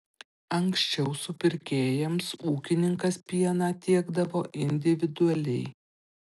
anksčiau supirkėjams ūkininkas pieną tiekdavo individualiai